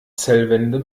zellwände